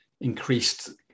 increased